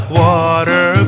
water